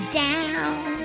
down